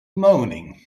moaning